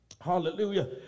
Hallelujah